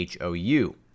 HOU